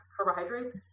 carbohydrates